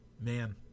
Man